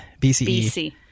BCE